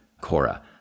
CORA